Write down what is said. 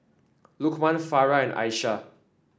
Lukman Farah and Aishah